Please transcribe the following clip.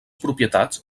propietats